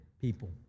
people